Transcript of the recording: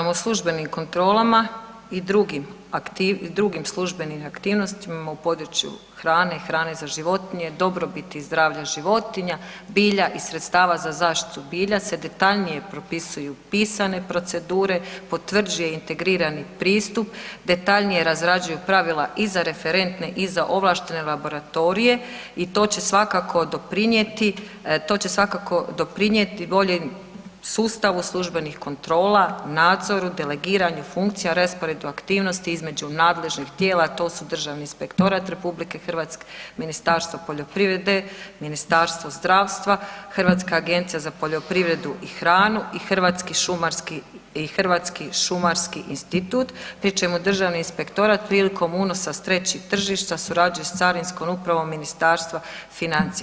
Zakonom o službenim kontrolama i drugim službenim aktivnostima u području hrane i hrane i životinje, dobrobiti i zdravlje životinja, bilja i sredstava za zaštitu bilja se detaljnije propisuju pisane procedure, potvrđuje integrirani pristup, detaljnije razrađuju pravila i za referentne i za ovlaštene laboratorije i to će svakako doprinijeti boljem sustavu službenih kontrola, nadzoru, delegiranju funkcija, rasporedu aktivnosti između nadležnih tijela, to su Državni inspektorat RH, Ministarstvo poljoprivrede, Ministarstvo zdravstva, Hrvatska agencija za poljoprivredu i hranu i Hrvatski šumarski institut pri čemu Državni inspektorat prilikom unosa s trećih tržišta surađuje s Carinskom upravom Ministarstva financija.